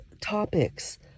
topics